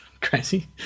crazy